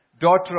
daughter